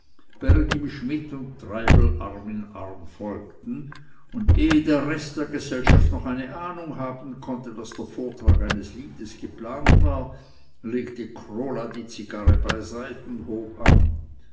schmidt und treibel arm in arm folgten und ehe der rest der gesellschaft noch eine ahnung haben konnte daß der vortrag eines liedes geplant war legte krola die zigarre beiseite und hob an